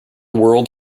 world